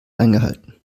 eingehalten